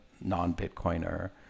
non-Bitcoiner